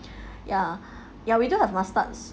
ya ya we do have mustards